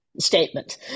Statement